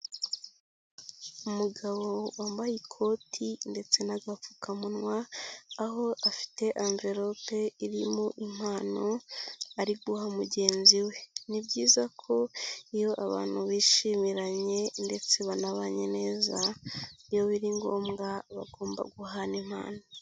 Umugabo wambaye ikoti ndetse n'agapfukamunwa, aho afite amvelope irimo impano ari guha mugenzi we, ni byiza ko iyo abantu bishimiranye ndetse banabanye neza, iyo biri ngombwa bagomba guhana impano.